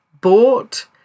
bought